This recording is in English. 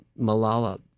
Malala